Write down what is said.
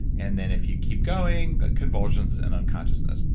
and then if you keep going, convulsions and unconsciousness.